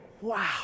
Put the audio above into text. wow